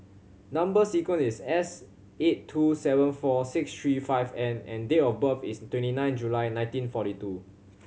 number sequence is S eight two seven four six three five N and date of birth is twenty nine July nineteen forty two